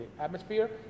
atmosphere